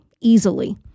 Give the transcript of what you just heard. easily